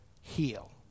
heal